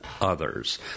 others